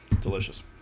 delicious